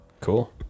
Cool